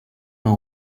know